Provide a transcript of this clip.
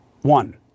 One